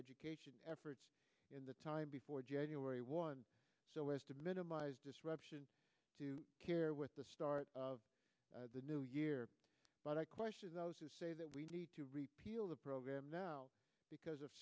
education efforts in the time before january one so as to minimize disruption to care with the start of the new year but i question those who say that we need to repeal the program now because of